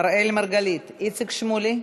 אראל מרגלית, איציק שמולי,